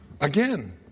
Again